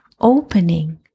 opening